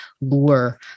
lure